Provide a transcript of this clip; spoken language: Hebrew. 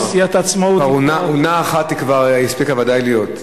עונה אחת היא כבר הספיקה בוודאי להיות.